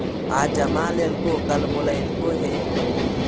आज जमा लेलको कल बोलैलको हे?